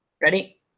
Ready